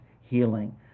healing